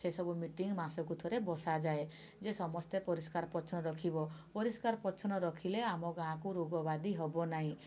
ସେ ସବୁ ମିଟିଙ୍ଗ୍ ମାସକୁ ଥରେ ବସାଯାଏ ଯେ ସମସ୍ତେ ପରିଷ୍କାର ପରିଚ୍ଛନ୍ନ ରଖିବ ପରିଷ୍କାର ପରିଚ୍ଛନ୍ନ ରଖିଲେ ଆମ ଗାଁ କୁ ରୋଗ ବ୍ୟାଧି ହେବ ନାହିଁ